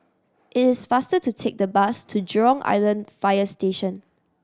is faster to take the bus to Jurong Island Fire Station